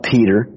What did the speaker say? Peter